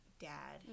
Dad